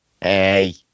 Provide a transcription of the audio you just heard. Hey